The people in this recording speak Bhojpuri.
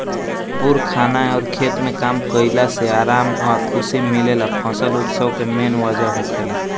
भरपूर खाना अउर खेत में काम कईला से आराम आ खुशी मिलेला फसल उत्सव के मेन वजह होखेला